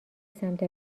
سمت